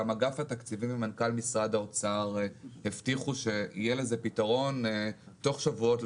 גם אגף התקציבים ומנכ"ל משרד האוצר הבטיחו שיהיה לזה פתרון תוך שבועות,